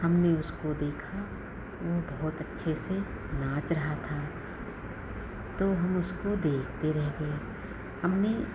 हमने उसको देखा वो बहुत अच्छे से नाच रहा था तो हम उसको देखते रह गए हमने